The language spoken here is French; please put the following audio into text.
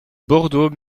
bordeaux